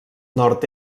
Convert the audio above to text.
nord